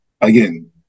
again